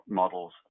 models